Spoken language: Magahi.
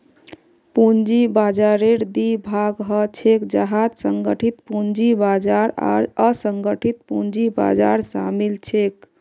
पूंजी बाजाररेर दी भाग ह छेक जहात संगठित पूंजी बाजार आर असंगठित पूंजी बाजार शामिल छेक